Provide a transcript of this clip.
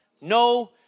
no